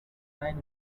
nine